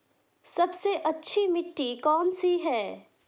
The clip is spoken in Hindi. सबसे अच्छी मिट्टी कौन सी है?